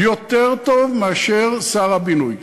יותר טוב מאשר שר הבינוי.